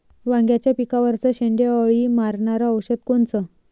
वांग्याच्या पिकावरचं शेंडे अळी मारनारं औषध कोनचं?